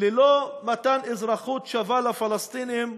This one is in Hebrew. ללא מתן אזרחות שווה לפלסטינים,